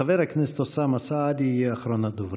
חבר הכנסת אוסאמה סעדי יהיה אחרון הדוברים.